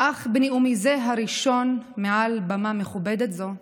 אך את נאומי זה, הראשון מעל במה מכובדת זו,